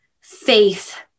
faith